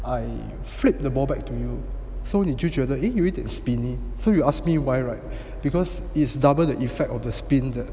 I flip the ball back to you so 你就觉得有一点 spinning so you ask me why right because it's double the effect of the spin 的